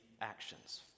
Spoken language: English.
actions